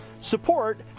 support